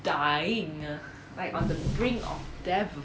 dying like on the brink of death